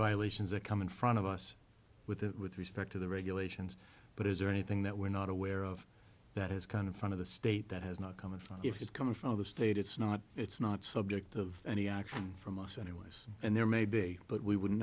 violations that come in front of us with it with respect to the regulations but is there anything that we're not aware of that is kind of fun of the state that has not come and if it's coming from the state it's not it's not subject of any action from us anyways and there may be but we wouldn't